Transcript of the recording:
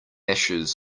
ashes